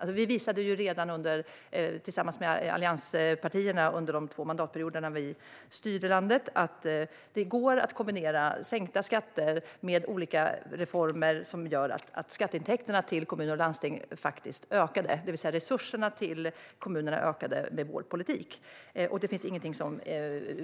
Under de två mandatperioder som vi moderater tillsammans med allianspartierna styrde landet visade vi att det går att kombinera sänkta skatter med olika reformer som leder till att skatteintäkterna till kommuner och landsting ökade. Med vår politik ökade alltså resurserna till kommunerna, och det finns ingenting som